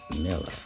Miller